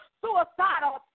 suicidal